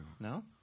No